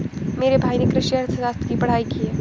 मेरे भाई ने कृषि अर्थशास्त्र की पढ़ाई की है